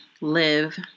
live